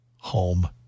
home